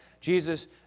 Jesus